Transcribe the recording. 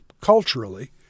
culturally